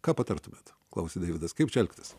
ką patartumėt klausia deividas kaip čia elgtis